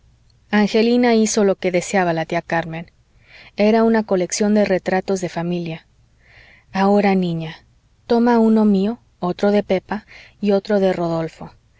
angelina hizo lo que deseaba la tía carmen era una colección de retratos de familia ahora niña toma uno mío otro de pepa y otro de rodolfo